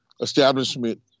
establishment